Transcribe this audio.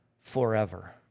forever